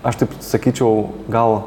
aš taip sakyčiau gal